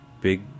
big